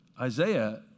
Isaiah